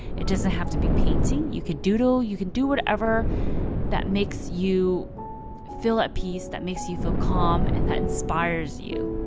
it doesn't have to be painting. you could doodle, you can do whatever that makes you feel at peace that makes you feel calm and that inspires you,